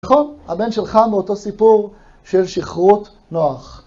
נכון? הבן שלך מאותו סיפור של שכרות נוח.